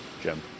Jim